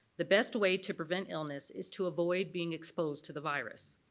the best way to prevent illness is to avoid being exposed to the virus.